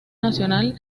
nacional